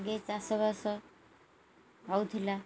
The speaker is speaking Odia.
ଆଗେ ଚାଷବାସ ହେଉଥିଲା